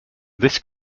this